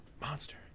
monster